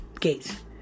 Gates